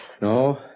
No